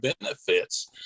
benefits